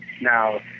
now